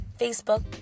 Facebook